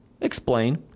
Explain